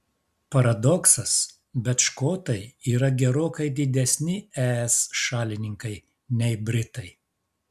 paradoksas bet škotai yra gerokai didesni es šalininkai nei britai